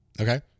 Okay